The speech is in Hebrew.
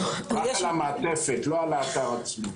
רק על המעטפת, לא על האתר עצמו.